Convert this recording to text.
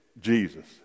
Jesus